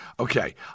Okay